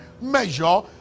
measure